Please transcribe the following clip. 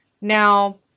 Now